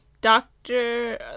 Doctor